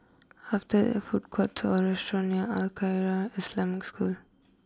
after there food courts or restaurant near Al Khairiah Islamic School